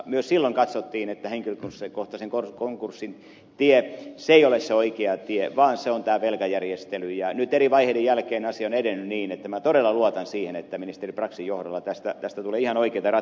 myös silloin katsottiin että henki on se kohtasi korko henkilökohtaisen konkurssin tie se ei ole se oikea tie vaan se on tämä velkajärjestely ja nyt eri vaiheiden jälkeen asia on edennyt niin että minä todella luotan siihen että ministeri braxin johdolla tästä tulee ihan oikeita ratkaisuja